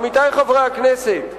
עמיתי חברי הכנסת,